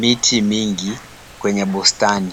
miti mingi kwenye bustani.